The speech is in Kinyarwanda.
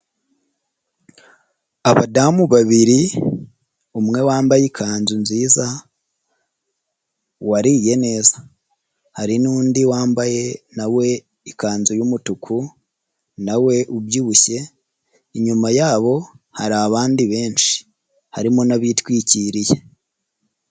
Abadamu babiri umwe wambaye ikanzu nziza wariye neza hari n'undi wambaye na we ikanzu y'umutuku na we ubyibushye, inyuma yabo hari abandi benshi harimo n'abitwikiriye.